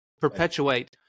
perpetuate